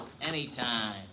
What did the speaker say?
Anytime